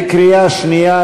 בקריאה שנייה,